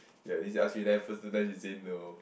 ya this I ask you then the first time you say no